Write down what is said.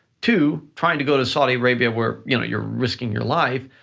two, trying to go to saudi arabia where, you know you're risking your life,